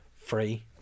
free